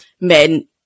men